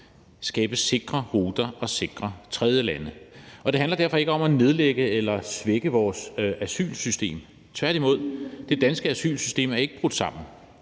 skabe sikre ruter og sikre tredjelande. Det handler derfor ikke om at nedlægge eller svække vores asylsystem, tværtimod. Det danske asylsystem er ikke brudt sammen.